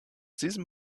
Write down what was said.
diesem